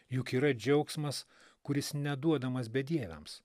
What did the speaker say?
juk yra džiaugsmas kuris neduodamas bedieviams